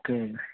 okay